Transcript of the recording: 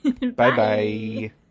Bye-bye